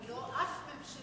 הוא נגד תקציבי העברה,